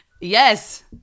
Yes